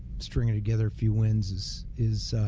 stringing together few lenses is